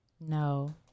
No